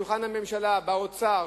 בשולחן הממשלה ובאוצר,